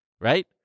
right